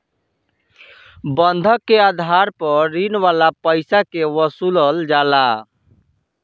बंधक के आधार पर ऋण वाला पईसा के वसूलल जाला